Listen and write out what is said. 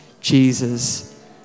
Jesus